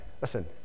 listen